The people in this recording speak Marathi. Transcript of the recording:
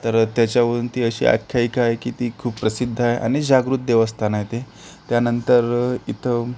तर त्याच्यावरून ती अशी आख्यायिका आहे की ती खूप प्रसिद्ध आहे आणि जागृत देवस्थान आहे ते त्यानंतर इथं